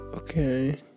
Okay